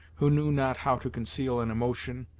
who knew not how to conceal an emotion,